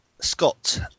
Scott